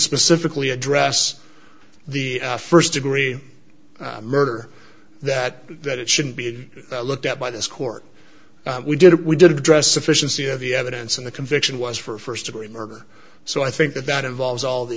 specifically address the first degree murder that that it shouldn't be looked at by this court we did it we did address sufficiency of the evidence and the conviction was for first degree murder so i think that that involves all the